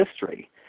history